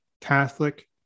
catholic